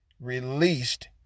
released